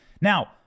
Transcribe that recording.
Now